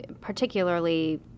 particularly